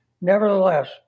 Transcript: Nevertheless